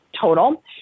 total